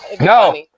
No